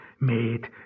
made